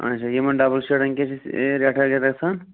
اَچھا یِمن ڈَبُل شیڈَن کیٛاہ چھَس ریٹھا ویٹھاہ گژھان